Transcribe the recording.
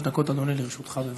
חמש דקות, אדוני, לרשותך, בבקשה.